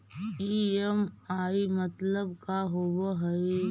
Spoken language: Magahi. ई.एम.आई मतलब का होब हइ?